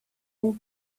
and